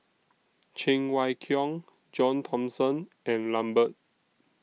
Cheng Wai Keung John Thomson and Lambert